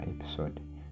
episode